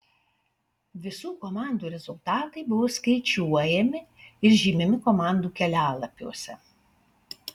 visų komandų rezultatai buvo skaičiuojami ir žymimi komandų kelialapiuose